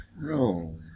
No